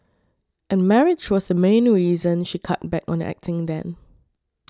and marriage was the main reason she cut back on acting then